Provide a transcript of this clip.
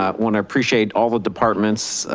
ah wanna appreciate all the departments,